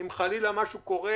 אם חלילה משהו קורה